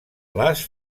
les